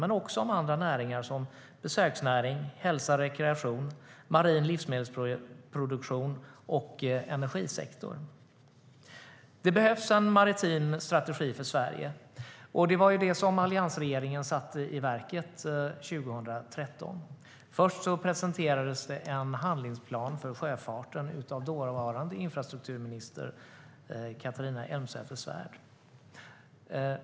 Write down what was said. Men det handlar också om andra näringar som besöksnäring, hälsa och rekreation, marin livsmedelsproduktion och energisektorn. Det behövs en maritim strategi för Sverige. Och det satte alliansregeringen i verket 2013. Först presenterades en handlingsplan för sjöfarten av dåvarande infrastrukturminister Catharina Elmsäter-Svärd.